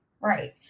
right